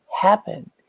happen